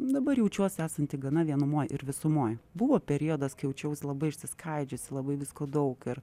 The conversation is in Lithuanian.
dabar jaučiuos esanti gana vienumoj ir visumoj buvo periodas kai jaučiaus labai išsiskaidžiusi labai visko daug ir